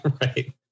right